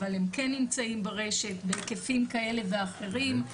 אבל הם כן נמצאים ברשת בהיקפים כאלה ואחרים.